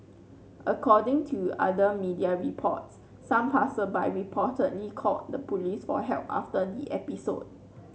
according to other media reports some passersby reportedly called the police for help after the episode